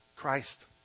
Christ